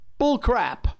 bullcrap